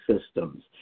systems